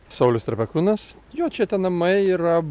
saulius trepekūnas jo čia tie namai yra